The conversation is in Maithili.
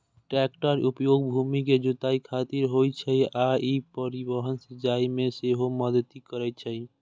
टैक्टरक उपयोग भूमि के जुताइ खातिर होइ छै आ ई परिवहन, सिंचाइ मे सेहो मदति करै छै